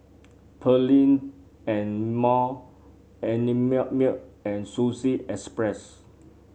Perllini and Mel and milk and Sushi Express